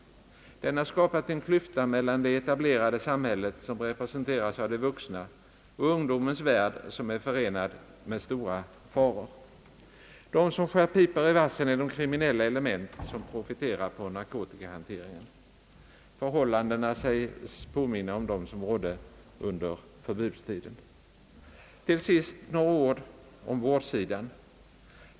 Den har skapat en klyfta mellan det etablerade samhället, som representeras av de vuxna, och ungdomens värld, en klyfta som är förenad med stora faror. De som skär pipor i vassen är de kriminella element som profiterar på narkotikahanteringen. Förhållandena sägs påminna om dem som rådde under förbudstiden. Till sist några ord om vårdsidan.